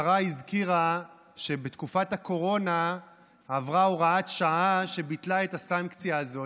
השרה הזכירה שבתקופת הקורונה עברה הוראת שעה שביטלה את הסנקציה הזאת,